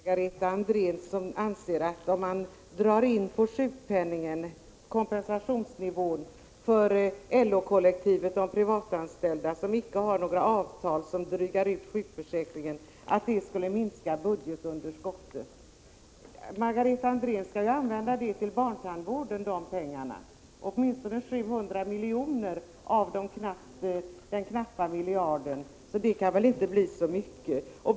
Herr talman! Jag vill bara säga några ord till Margareta Andrén, som anser att man skulle minska budgetunderskottet om man drar in på kompensationsnivån i sjukpenningen för LO-kollektivet och de privatanställda, som inte har några avtal som drygar ut sjukförsäkringen. Margareta Andrén skall ju använda de pengarna till barntandvården, åtminstone 700 miljoner av den knappa miljarden. Det kan väl inte bli så mycket.